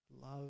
love